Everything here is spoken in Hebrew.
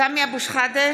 סמי אבו שחאדה,